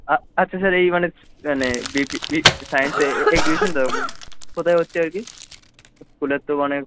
আ আচ্ছা স্যার এই মানে মানে মানে বি সাইন্সের একজিবিশানটা কোথায় হচ্ছে আর কি স্কুলের তো মানে